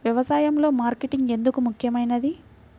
వ్యసాయంలో మార్కెటింగ్ ఎందుకు ముఖ్యమైనది?